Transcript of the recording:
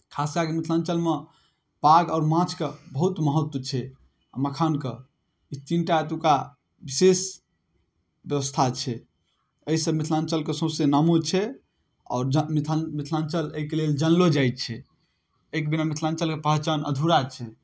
खास कए कऽ मिथिलाञ्चलमे पाग आओर माछके बहुत महत्व छै आ मखानके ई तीन टा एतुक्का विशेष व्यवस्था छै एहिसँ मिथिलाञ्चलके सौँसे नामो छै आओर जँ मिथा मिथिलाञ्चल एहिके लेल जनलो जाइ छै एहिके बिना मिथिलाञ्चलके पहचान अधूरा छै